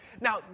Now